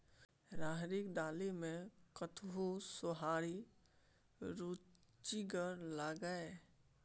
राहरिक दालि मे कतहु सोहारी रुचिगर लागय?